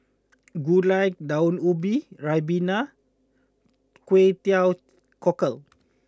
Gulai Daun Ubi Ribena Kway Teow Cockles